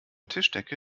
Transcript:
tischdecke